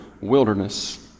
wilderness